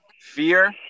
fear